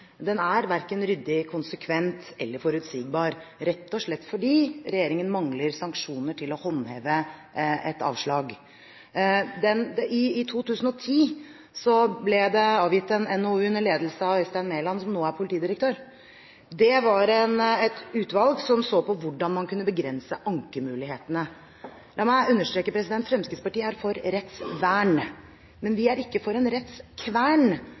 Den er verken ryddig, konsekvent eller forutsigbar, rett og slett fordi regjeringen mangler sanksjoner til å håndheve et avslag. I 2010 ble det avgitt en NOU under ledelse av Øystein Mæland, som nå er politidirektør. Det var et utvalg som så på hvordan man kunne begrense ankemulighetene. La meg understreke: Fremskrittspartiet er for rettsvern, men vi er ikke for en